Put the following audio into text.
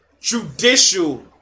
Judicial